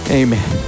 amen